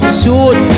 suit